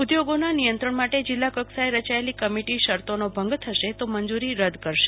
ઉધોગોમા નિયંત્રણ માટે જિલ્લાકક્ષાએ રચાયલી કમિટિ શરતોને ભંગ થશ તો મંજૂરીરદ કરશે